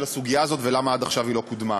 הסוגיה הזו ולמה עד עכשיו היא לא קודמה.